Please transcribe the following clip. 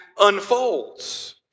unfolds